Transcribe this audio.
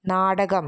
നാടകം